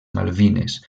malvines